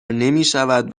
نمیشود